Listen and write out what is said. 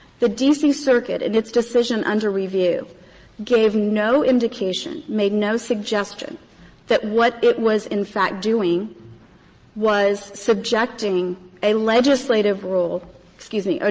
the d c. circuit in its decision under review gave no indication, made no suggestion that what it was, in fact, doing was subjecting a legislative rule excuse me, ah